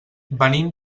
venim